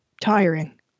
tiring